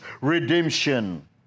redemption